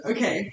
Okay